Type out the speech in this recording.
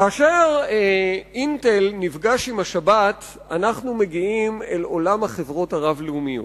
כאשר "אינטל" נפגש עם השבת אנחנו מגיעים אל עולם החברות הרב-לאומיות.